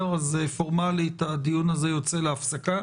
אז פורמלית הדיון הזה יוצא להפסקה